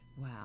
Wow